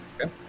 Okay